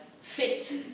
fit